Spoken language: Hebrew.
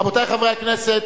רבותי חברי הכנסת,